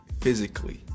physically